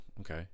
Okay